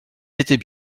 étaient